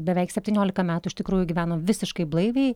beveik septyniolika metų iš tikrųjų gyveno visiškai blaiviai